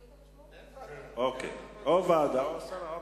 או ועדה או הסרה.